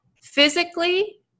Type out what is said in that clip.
physically